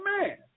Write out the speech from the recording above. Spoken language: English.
man